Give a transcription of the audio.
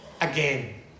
Again